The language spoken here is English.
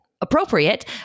appropriate